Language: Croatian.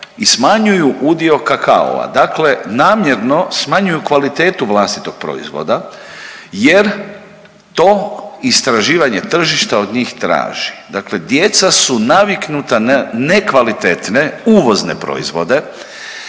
i smanjuju udio kakaoa dakle namjerno smanjuju kvalitetu vlastitog proizvoda jer to istraživanje tržišta od njih traži. Dakle, djeca su naviknuta na nekvalitetne uvozne proizvode